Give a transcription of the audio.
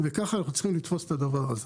וככה אנחנו צריכים לתפוס את הדבר הזה.